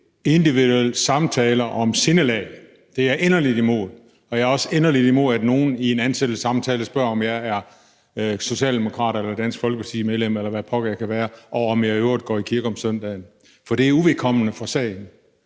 individuelle samtaler om sindelag, for det er jeg inderligt imod, og jeg er også inderligt imod, at nogen i en ansættelsessamtale spørger, om jeg er socialdemokrat eller medlem af Dansk Folkeparti, eller hvad pokker jeg kan være, og om jeg i øvrigt går i kirke om søndagen, for det er uvedkommende for sagen.